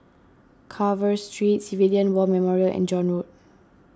Carver Street Civilian War Memorial and John Road